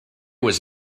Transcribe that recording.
was